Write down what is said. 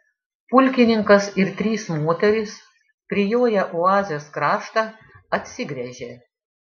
pulkininkas ir trys moterys prijoję oazės kraštą atsigręžė